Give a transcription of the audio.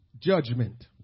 judgment